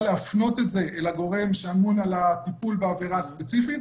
להפנות את זה אל הגורם שאמון על הטיפול בעבירה הספציפית,